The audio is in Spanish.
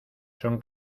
son